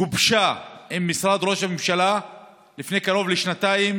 גובשה עם משרד ראש הממשלה לפני קרוב לשנתיים,